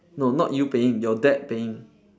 no not you paying your dad paying